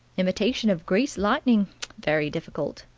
imitation of greased lightning very difficult,